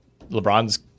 lebron's